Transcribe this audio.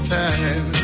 time